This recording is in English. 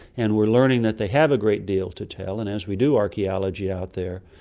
and we're learning that they have a great deal to tell, and as we do archaeology out there.